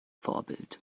vorbild